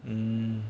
mm